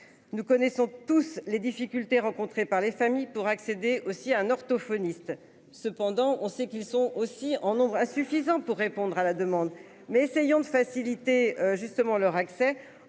Nous connaissons tous les difficultés rencontrées par les familles, pour accéder aussi un orthophoniste. Cependant, on sait qu'ils sont aussi en nombre insuffisant pour répondre à la demande mais essayons de faciliter justement leur accès